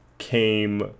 came